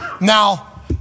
Now